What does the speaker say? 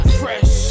fresh